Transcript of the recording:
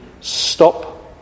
stop